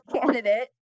candidate